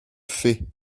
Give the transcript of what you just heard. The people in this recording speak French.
fait